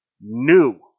new